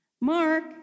Mark